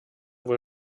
wohl